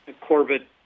Corbett